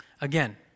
Again